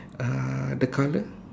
uh the color